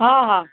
હા હા